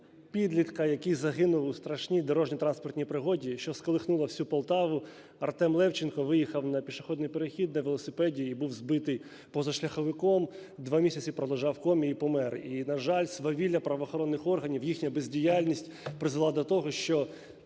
підлітка, який загинув у страшній дорожньо-транспортній пригоді, що сколихнула всю Полтаву. Артем Левченко виїхав на пішохідний перехід на велосипеді і був збитий позашляховиком, два місяці пролежав в комі і помер. І, на жаль, свавілля правоохоронних органів, їхня бездіяльність призвела до того, що